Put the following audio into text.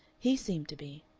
he seemed to be.